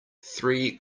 three